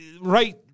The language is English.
right